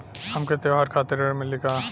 हमके त्योहार खातिर ऋण मिली का?